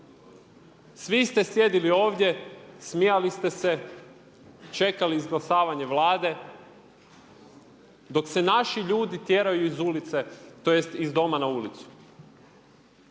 Svi ste sjedili ovdje, smijali ste se i čekali izglasavanje Vlade dok se naši ljudi tjeraju iz ulice tj. iz doma na ulicu.